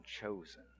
chosen